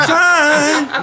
time